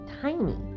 tiny